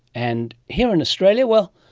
and here in australia, well,